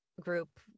group